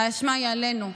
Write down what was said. האשמה היא עלינו,